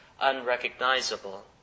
unrecognizable